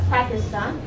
Pakistan